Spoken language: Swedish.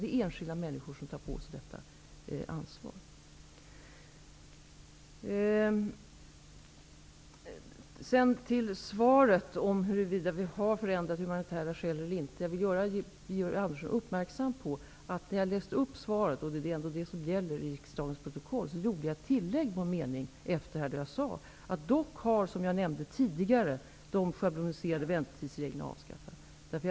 Det är enskilda människor som tar på sig detta ansvar. Så vill jag ta upp frågan om huruvida vi har förändrat kriterierna för att någon skall få stanna av humanitära skäl eller inte. Jag vill göra Georg Andersson uppmärksam på att jag, när jag läste upp svaret, gjorde ett tillägg på en mening. Det är ändå det som gäller i riksdagens protokoll. Jag sade då att de schabloniserade väntetiderna som jag nämnde tidigare dock har avskaffats.